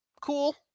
cool